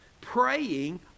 praying